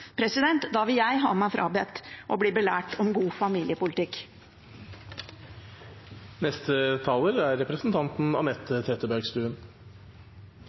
Da vil jeg ha meg frabedt å bli belært om god familiepolitikk. Det som kjennetegner denne regjeringens likestillingsregnskap, er